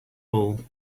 all